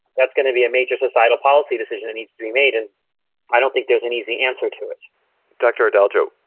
that's going to be a major societal policy decision needs to be made. and i don't think there's an easy answer to it dr. delgado,